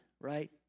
Right